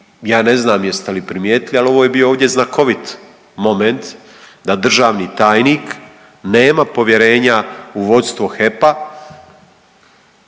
ja ne znam jeste li primijetili, ali ovo je bio ovdje znakovit moment da državni tajnik nema povjerenja u vodstvo HEP-a